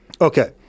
Okay